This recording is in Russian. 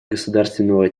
государственного